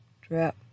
drip